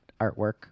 artwork